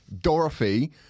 dorothy